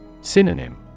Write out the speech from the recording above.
Synonym